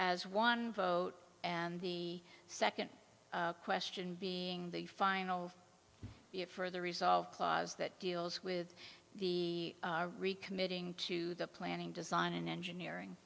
as one vote and the second question being the final the a for the resolve clause that deals with the recommitting to the planning design and engineering